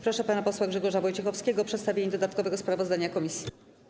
Proszę pana posła Grzegorz Wojciechowskiego o przedstawienie dodatkowego sprawozdania komisji.